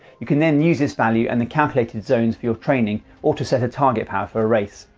you can then use this value and the calculated zones for your training or to set a target power for a race.